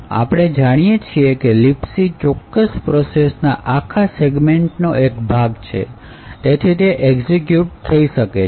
અને આપણે જાણીએ છીએ કે libc ચોક્કસ પ્રોસેસના આખા સેગમેન્ટ નો એક ભાગ છે તેથી તે એક્ઝિક્યુટ થઈ શકે છે